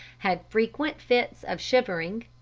had frequent fits of shivering,